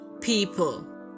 people